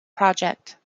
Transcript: project